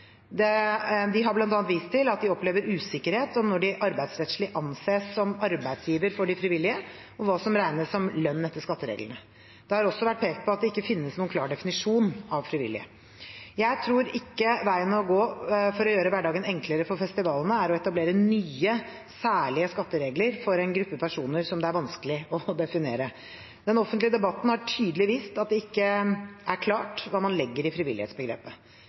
De har bl.a. vist til at de opplever usikkerhet om når de arbeidsrettslig anses som arbeidsgiver for de frivillige, og hva som regnes som lønn etter skattereglene. Det har også vært pekt på at det ikke finnes noen klar definisjon av frivillig. Jeg tror ikke veien å gå for å gjøre hverdagen enklere for festivalene er å etablere nye, særlige skatteregler for en gruppe personer som det er vanskelig å definere. Den offentlige debatten har tydelig vist at det ikke er klart hva man legger i frivillighetsbegrepet.